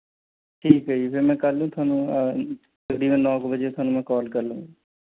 ਠੀਕ ਹੈ ਜੀ ਫਿਰ ਮੈਂ ਕੱਲ ਨੂੰ ਤੁਹਾਨੂੰ ਦਿਨੇ ਨੌ ਕੁ ਵਜੇ ਤੁਹਾਨੂੰ ਮੈਂ ਕੋਲ ਕਰ ਲਵਾਂਗਾ